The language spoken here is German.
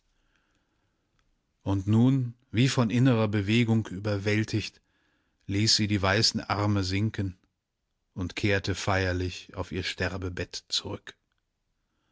und nun wie von innrer bewegung überwältigt ließ sie die weißen arme sinken und kehrte feierlich auf ihr sterbebett zurück